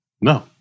No